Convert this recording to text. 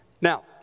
Now